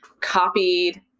copied